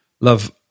Love